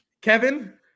Kevin